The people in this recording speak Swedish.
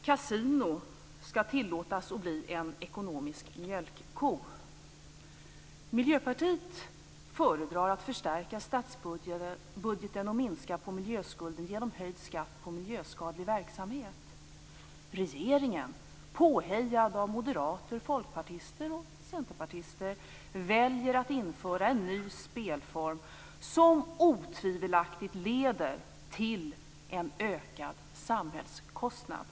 Kasinon skall tillåtas och bli en ekonomisk mjölkko. Miljöpartiet föredrar att förstärka statsbudgeten och minska på miljöskulden genom höjd skatt på miljöskadlig verksamhet. Regeringen, påhejad av moderater, folkpartister och centerpartister väljer att införa en ny spelform som otvivelaktigt leder till en ökad samhällskostnad.